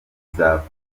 bizakorwa